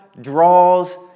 draws